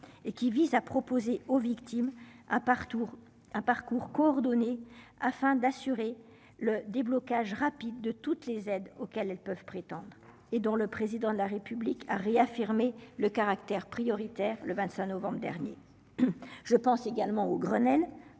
et qui vise à proposer aux victimes à parcours un parcours coordonné afin d'assurer le déblocage rapide de toutes les aides auxquelles elles peuvent prétendre et dont le président de la République a réaffirmé le caractère prioritaire le 25 novembre dernier. Je pense également au Grenelle.